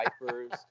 Wipers